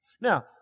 now